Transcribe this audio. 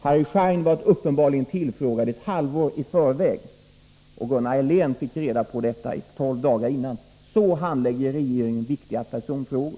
Harry Schein har uppenbarligen tillfrågats ett halvår i förväg, och Gunnar Helén fick reda på detta tolv dagar innan. Så handlägger regeringen viktiga personfrågor.